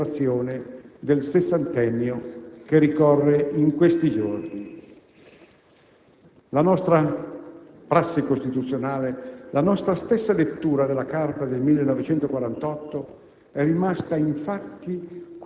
ecco un'altra degna celebrazione del sessantennio che ricorre in questi giorni. La nostra prassi costituzionale, la nostra stessa lettura della Carta del 1948